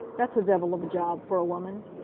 that's a devil of a job for a woman.